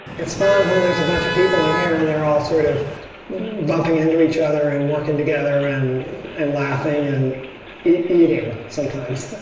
it's fun when there's a bunch of people in here and they're all sort of bumping into each other and working together and and laughing and eating, sometimes.